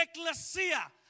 Ecclesia